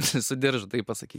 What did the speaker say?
su diržu taip pasakyt